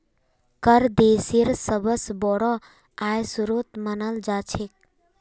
कर देशेर सबस बोरो आय स्रोत मानाल जा छेक